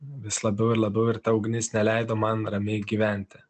vis labiau ir labiau ir ta ugnis neleido man ramiai gyventi